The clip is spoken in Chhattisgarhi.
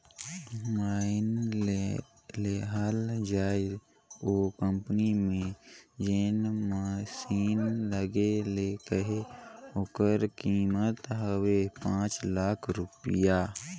माएन लेहल जाए ओ कंपनी में जेन मसीन लगे ले अहे ओकर कीमेत हवे पाच लाख रूपिया